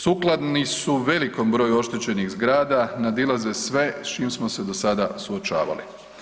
Sukladni su velikom broju oštećenih zgrada, nadilaze sve s čim smo se do sada suočavali.